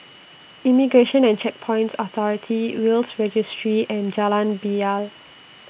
Immigration and Checkpoints Authority Will's Registry and Jalan Bilal